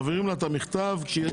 מעבירים מכתב לשופטת.